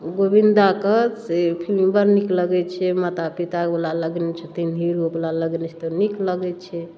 गोबिन्दाके से फिल्म बड़ नीक लगै छै माता पितावला लगेने छथिन हीरोवला लगेने छथिन तऽ नीक लगै छै